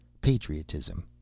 patriotism